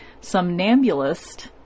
Somnambulist